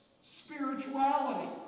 spirituality